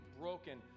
broken